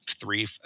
three